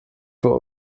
für